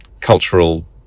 cultural